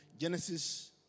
Genesis